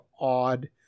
odd